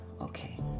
Okay